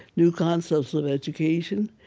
new concepts of education,